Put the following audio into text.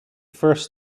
first